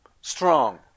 strong